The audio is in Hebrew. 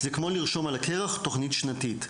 זה כמו לרשום על הקרח תוכנית שנתית.